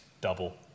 double